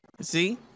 See